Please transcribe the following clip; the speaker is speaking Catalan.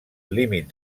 límit